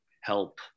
help